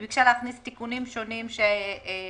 היא ביקשה להכניס תיקונים שונים שהוועדה,